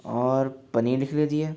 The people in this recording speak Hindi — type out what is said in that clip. और पनीर लिख लीजिए